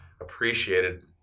appreciated